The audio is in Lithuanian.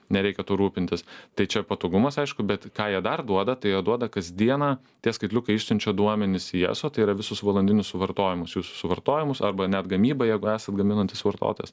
nereikia tuo rūpintis tai čia patogumas aišku bet ką jie dar duoda tai jie duoda kasdieną tie skaitliukai išsiunčia duomenis į eso tai yra visus valandinius suvartojimus jūsų suvartojimus arba net gamybą jeigu esat gaminantis vartotojas